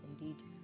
indeed